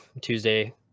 Tuesday